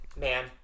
Man